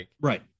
right